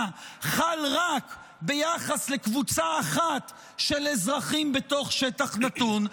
חל רק ביחס לקבוצה אחת של אזרחים בתוך שטח נתון.